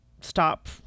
stop